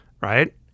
right